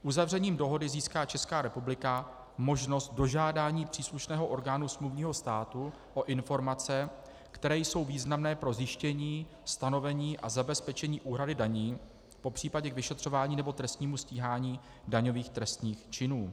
Uzavřením dohody získá Česká republika možnost dožádání příslušného orgánu smluvního státu o informace, které jsou významné pro zjištění, stanovení a zabezpečení úhrady daní, popř. k vyšetřování nebo k trestnímu stíhání daňových trestných činů.